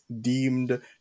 deemed